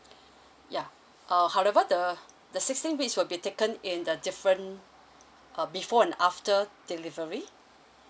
ya uh however the the sixteen weeks will be taken in the different uh before and after delivery